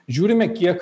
žiūrime kiek